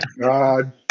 god